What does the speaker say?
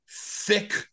thick